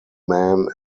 man